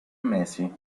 mesi